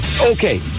okay